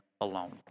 alone